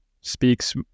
speaks